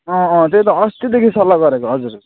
अँ अँ त्यही त अस्तिदेखि सल्लाह गरेको हजुर